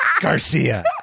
garcia